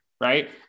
Right